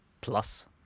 Plus